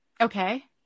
Okay